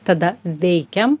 tada veikiam